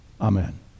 Amen